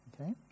Okay